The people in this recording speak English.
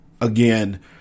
again